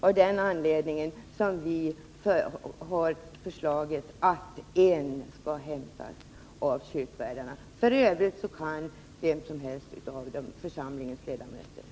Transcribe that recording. Av den anledningen har vi också föreslagit att en av kyrkvärdarna skall utses bland kyrkorådets ledamöter. I övrigt kan vem som helst av församlingsmedlemmarna utses.